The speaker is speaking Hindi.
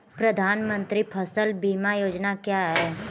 प्रधानमंत्री फसल बीमा योजना क्या है?